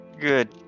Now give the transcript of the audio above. good